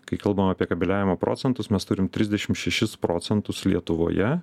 kai kalbame apie kabliavimo procentus mes turim trisdešim šešis procentus lietuvoje